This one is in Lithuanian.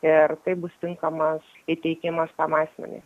ir tai bus tinkamas įteikimas tam asmeniui